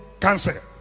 cancer